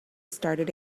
started